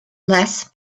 less